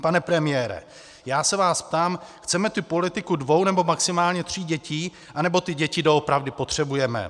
Pane premiére, já se vás ptám: chceme tu politiku dvou nebo maximálně tří dětí, anebo ty děti doopravdy potřebujeme?